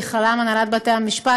ובכללם הנהלת בתי המשפט,